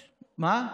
מה?